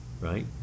right